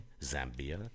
Zambia